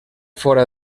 fora